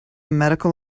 medical